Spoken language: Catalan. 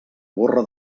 gorra